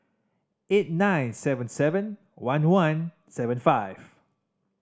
eight nine seven seven one one seven five